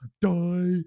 Die